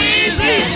easy